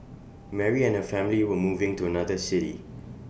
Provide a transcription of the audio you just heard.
Mary and her family were moving to another city